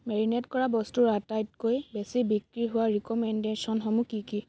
marinate কৰা বস্তুৰ আটাইতকৈ বেছি বিক্ৰী হোৱা ৰিক'মেণ্ডেচনসমূহ কি কি